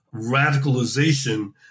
radicalization